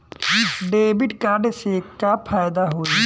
Debit card से का फायदा होई?